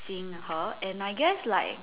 seeing her and I guess like